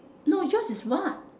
no yours is what